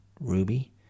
Ruby